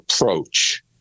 approach